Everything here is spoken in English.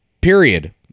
period